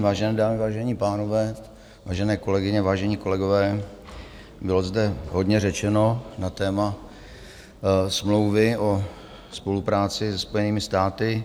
Vážené dámy, vážení pánové, vážené kolegyně, vážení kolegové, bylo zde hodně řečeno na téma smlouvy o spolupráci se Spojenými státy.